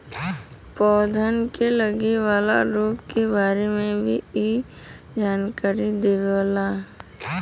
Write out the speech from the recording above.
पौधन के लगे वाला रोग के बारे में भी इ जानकारी देवला